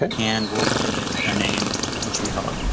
and we'll give it a name, what should we call it?